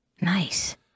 Nice